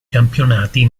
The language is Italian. campionati